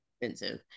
expensive